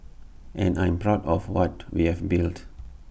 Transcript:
and I'm proud of what we have built